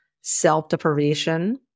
self-deprivation